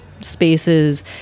spaces